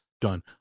done